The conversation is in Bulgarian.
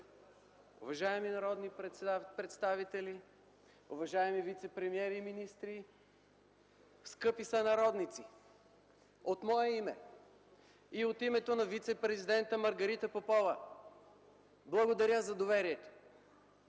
уважаеми народни представители, уважаеми вицепремиери и министри, скъпи сънародници! От мое име и от името на вицепрезидента Маргарита Попова благодаря за доверието!